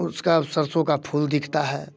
उसके सरसों का फूल दिखते हैं